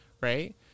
right